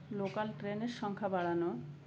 local ট্রেনের সংখ্যা বাড়ানো